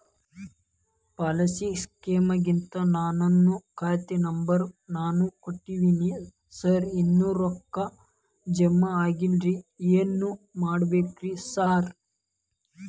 Policy ಕ್ಲೇಮಿಗಂತ ನಾನ್ ಖಾತೆ ನಂಬರ್ ನಾ ಕೊಟ್ಟಿವಿನಿ ಸಾರ್ ಇನ್ನೂ ರೊಕ್ಕ ಜಮಾ ಆಗಿಲ್ಲರಿ ಏನ್ ಮಾಡ್ಬೇಕ್ರಿ ಸಾರ್?